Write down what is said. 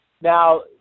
Now